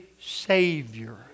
Savior